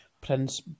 Prince